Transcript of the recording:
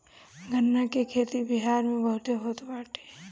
गन्ना के खेती बिहार में बहुते होत बाटे